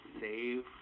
save